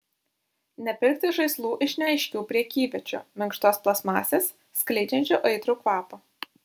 nepirkti žaislų iš neaiškių prekyviečių minkštos plastmasės skleidžiančių aitrų kvapą